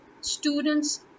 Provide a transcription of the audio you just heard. students